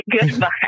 goodbye